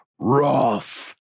rough